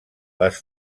les